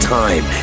time